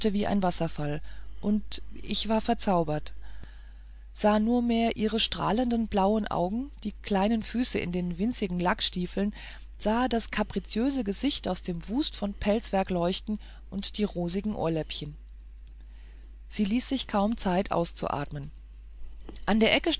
wie ein wasserfall und ich war verzaubert sah nur mehr ihre strahlenden blauen augen die kleinen füße in den winzigen lackstiefeln sah das kapriziöse gesicht aus dem wust von pelzwerk leuchten und die rosigen ohrläppchen sie ließ sich kaum zeit auszuatmen an der